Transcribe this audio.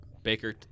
Baker